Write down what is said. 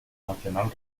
nacional